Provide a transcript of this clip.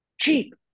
Cheap